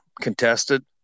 contested